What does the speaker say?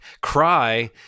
cry